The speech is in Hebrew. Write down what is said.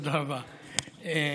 תודה רבה,